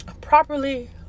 properly